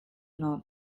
not